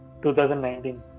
2019